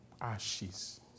Ashes